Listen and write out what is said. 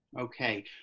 Okay